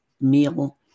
meal